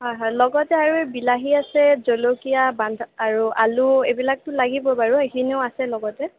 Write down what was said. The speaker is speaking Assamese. হয় হয় লগতে আৰু বিলাহী আছে জলকীয়া বন্ধা আৰু আলু এইবিলাকটো লাগিবই বাৰু এইখিনিয়ো আছে লগতে